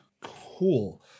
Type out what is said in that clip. cool